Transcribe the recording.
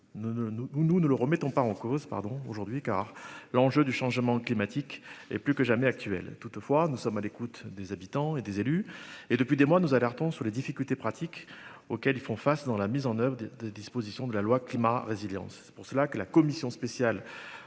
nous ne le remettons pas en cause pardon aujourd'hui car l'enjeu du changement climatique et plus que jamais actuel. Toutefois, nous sommes à l'écoute des habitants et des élus et depuis des mois, nous alertons sur les difficultés pratiques auxquelles ils font face dans la mise en oeuvre des dispositions de la loi climat et résilience. C'est pour cela que la commission spéciale